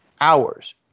hours